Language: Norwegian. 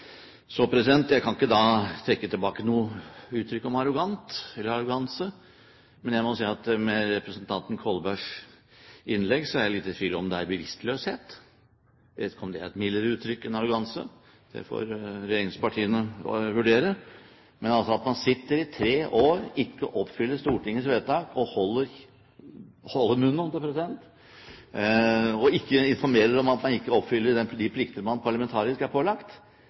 Så jeg kan ikke trekke tilbake noen uttrykk om arrogant eller arroganse. Men jeg må si at etter representanten Kolbergs innlegg er jeg litt i tvil om det er bevisstløshet. Jeg vet ikke om det er et mildere uttrykk enn arroganse, det får regjeringspartiene vurdere. Men at man altså sitter i tre år, ikke oppfyller Stortingets vedtak og holder munn og ikke informerer om at man ikke oppfyller de plikter man parlamentarisk er pålagt